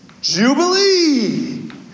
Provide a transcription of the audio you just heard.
Jubilee